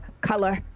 Color